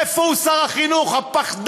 איפה הוא, שר החינוך הפחדן?